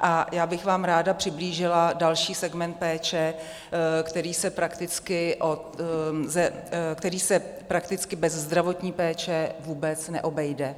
A já bych vám ráda přiblížila další segment péče, který se prakticky bez zdravotní péče vůbec neobejde,